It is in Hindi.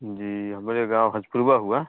जी हमारा गाँव हचकुलवा हुआ